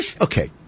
Okay